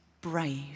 brave